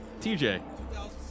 TJ